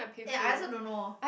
ya I also don't know